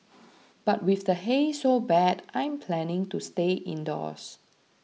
but with the haze so bad I'm planning to stay indoors